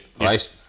right